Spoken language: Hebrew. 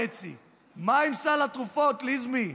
מה עם סל התרופות, לזימי?